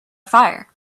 fire